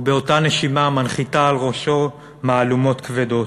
ובאותה נשימה מנחיתה על ראשו מהלומות כבדות.